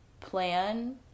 plan